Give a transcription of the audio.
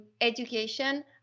education